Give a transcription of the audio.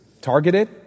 targeted